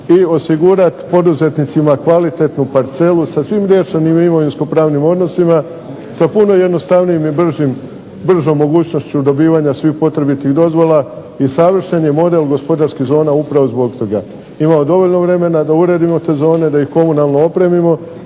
i osigurati poduzetnicima kvalitetnu parcelu sa svim riješenim imovinsko-pravnim odnosima, sa puno jednostavnijim i bržom mogućnošću dobivanja svih potrebitih dozvola i savršen je model gospodarskih zona upravo zbog toga. Imamo dovoljno vremena da uredimo te zone, da ih komunalno opremimo,